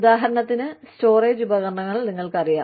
ഉദാഹരണത്തിന് സ്റ്റോറേജ് ഉപകരണങ്ങൾ നിങ്ങൾക്കറിയാം